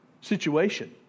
situation